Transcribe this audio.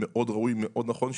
מאוד ראוי ומאוד נכון,